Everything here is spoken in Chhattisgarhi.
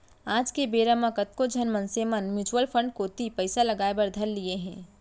आज के बेरा म कतको झन मनसे मन म्युचुअल फंड कोती पइसा लगाय बर धर लिये हें